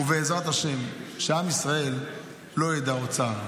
בעזרת השם, שעם ישראל לא ידע עוד צער.